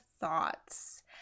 thoughts